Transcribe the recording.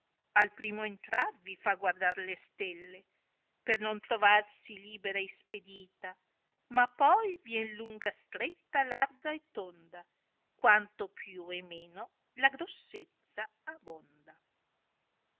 al primo entrar vi fa guardar le stelle per non trovarsi libera ispedita ma poi vien lunga stretta larga e tonda quanto più e meno la grossezza abonda